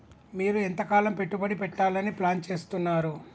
మీరు ఎంతకాలం పెట్టుబడి పెట్టాలని ప్లాన్ చేస్తున్నారు?